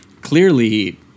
clearly